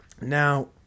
Now